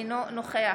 אינו נוכח